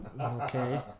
Okay